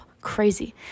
Crazy